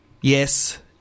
yes